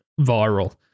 viral